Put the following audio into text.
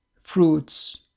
fruits